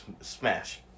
smash